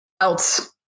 else